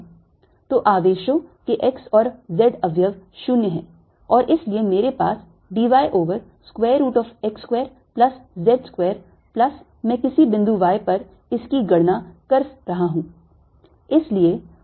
तो आवेशों के x और z अवयव 0 हैं और इसलिए मेरे पास d y over square root of x square plus z square plus मैं किसी बिंदु y पर इसकी गणना कर रहा हूं